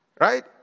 right